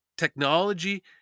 Technology